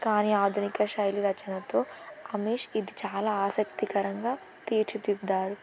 కానీ ఆధునిక శైలి రమేష్ అమేష్ ఇది చాలా ఆసక్తికరంగా తీర్చితిద్దారు